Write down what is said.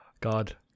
God